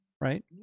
right